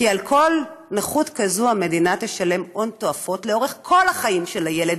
כי על כל נכות כזאת המדינה תשלם הון תופעות לאורך כל החיים של הילד,